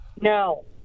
no